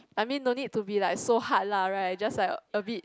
I mean don't need to be lah it's so hard lah right just like a bit